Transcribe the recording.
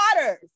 waters